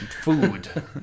Food